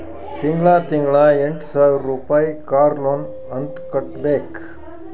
ತಿಂಗಳಾ ತಿಂಗಳಾ ಎಂಟ ಸಾವಿರ್ ರುಪಾಯಿ ಕಾರ್ ಲೋನ್ ಅಂತ್ ಕಟ್ಬೇಕ್